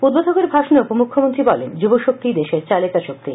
উদ্বোধকের ভাষণে উপ মুখ্যমন্ত্রী বলেন যুব শক্তিই দেশের চালিকা শক্তি